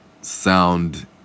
sound